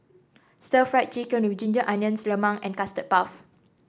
Stir Fried Chicken with Ginger Onions lemang and Custard Puff